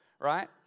right